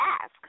ask